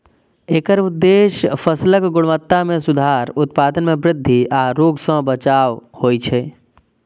एकर उद्देश्य फसलक गुणवत्ता मे सुधार, उत्पादन मे वृद्धि आ रोग सं बचाव होइ छै